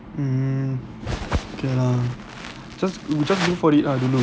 mm can lah you just you just go for it ah dulu